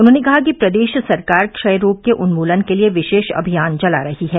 उन्होंने कहा कि प्रदेश सरकार क्षय रोग के उन्मूलन के लिए विशेष अभियान चला रही है